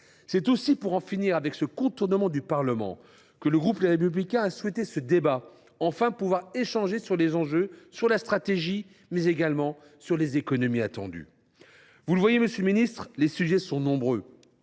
C’est aussi pour en finir avec ce contournement du Parlement que le groupe Les Républicains a souhaité ce débat, pour échanger sur les enjeux, la stratégie et les économies attendues. Vous le voyez, monsieur le ministre, les sujets sont nombreux.